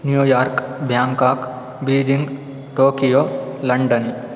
New York Bangkok Beijing Tokyo London